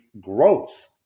growth